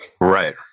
right